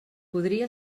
podria